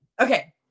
Okay